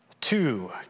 Two